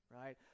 right